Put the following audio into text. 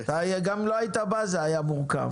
גם אם לא היית בא זה היה מורכב,